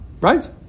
Right